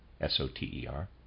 s-o-t-e-r